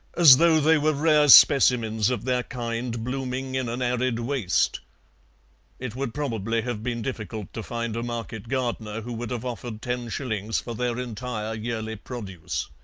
as though they were rare specimens of their kind blooming in an arid waste it would probably have been difficult to find a market-gardener who would have offered ten shillings for their entire yearly produce.